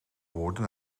woorden